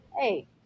Hey